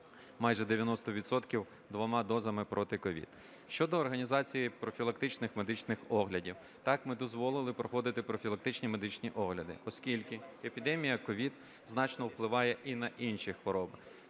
відсотків двома дозами проти COVID. Щодо організації профілактичних медичних оглядів. Так, ми дозволили проходити профілактичні медичні огляди, оскільки епідемія COVID значно впливає і на інші хвороби,